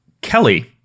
Kelly